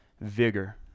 vigor